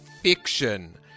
fiction